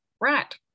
right